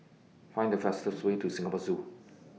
Find The fastest Way to Singapore Zoo